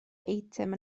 eitem